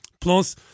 Plus